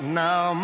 now